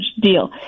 deal